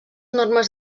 normes